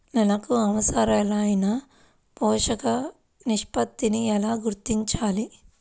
నేలలకు అవసరాలైన పోషక నిష్పత్తిని ఎలా గుర్తించాలి?